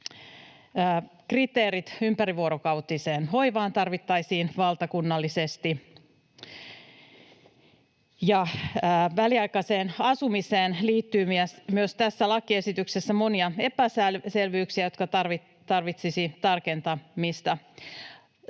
kriteerit ympärivuorokautiseen hoivaan tarvittaisiin valtakunnallisesti, ja väliaikaiseen asumiseen liittyy myös tässä lakiesityksessä monia epäselvyyksiä, jotka tarvitsisivat tarkentamista.